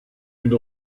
une